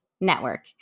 network